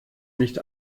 nicht